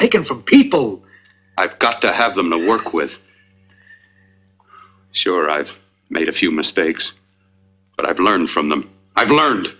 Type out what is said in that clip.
taken from people i've got to have them to work with sure i've made a few mistakes but i've learned from them i've learned